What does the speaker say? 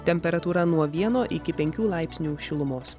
temperatūra nuo vieno iki penkių laipsnių šilumos